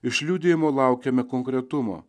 iš liudijimo laukiame konkretumo